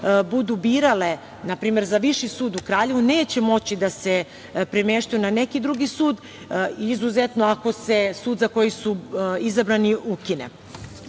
budu birale, na primer za Viši sud u Kraljevu neće moći da se premeštaju na neki drugi sud, izuzetno ako se sud za koji su izabrani ukine. Što